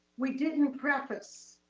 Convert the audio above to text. we didn't preface